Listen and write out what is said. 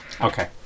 Okay